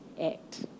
act